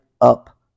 up